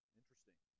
interesting